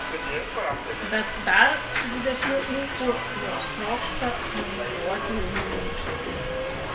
bet dar su didesniu ūpu jos trokšta manipuliuoti jaunimu